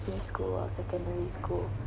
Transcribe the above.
school or secondary school